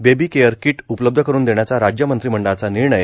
baby care kit उपलब्ध करून देण्याचा राज्य मंत्रिमंडळाच्या निर्णय